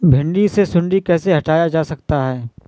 भिंडी से सुंडी कैसे हटाया जा सकता है?